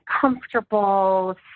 comfortable